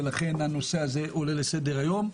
ולכן הנושא הזה עולה לסדר-היום.